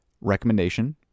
Recommendation